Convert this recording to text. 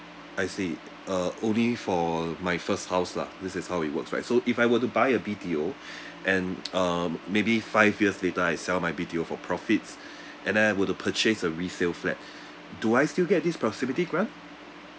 I see uh only for my first house lah this is how it works right so if I were to buy a B_T_O and um maybe five years later I sell my B_T_O for profits and then were to purchase a resale flat do I still get this proximity grant